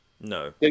no